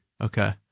Okay